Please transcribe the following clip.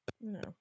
No